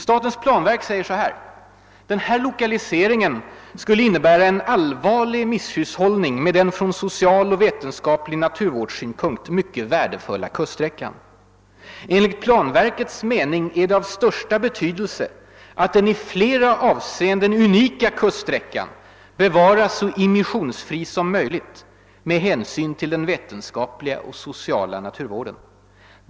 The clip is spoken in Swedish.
Statens planverk skriver så här: »Lokaliseringen skulle innebära en allvarlig misshushållning med den från social och vetenskaplig naturvårdssynpunkt mycket värdefulla kuststräckan. ——— Enligt planverkets mening är det av största betydelse att den i flera avseenden unika kuststräckan bevaras så immissionsfri som möjligt med hänsyn till den vetenskapliga och sociala naturvården.